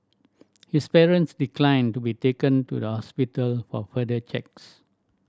his parents declined to be taken to the hospital for further checks